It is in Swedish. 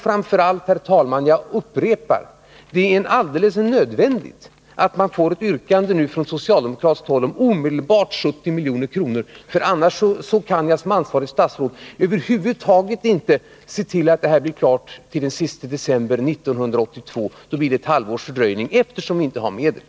Framför allt är det — jag upprepar det, herr talman — helt nödvändigt att man får ett yrkande från socialdemokratiskt håll om 70 milj.kr. omedelbart, för annars kan jag som ansvarigt statsråd över huvud taget inte se till att det här blir klart till den 31 december 1982. Då blir det ett halvårs fördröjning, eftersom vi inte har medel.